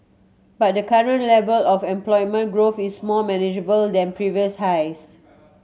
but the current level of employment growth is more manageable than previous highs